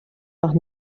doch